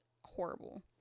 horrible